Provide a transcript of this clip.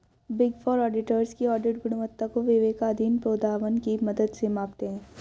big four auditors की audit गुणवत्ता को विवेकाधीन प्रोद्भवन की मदद से मापते हैं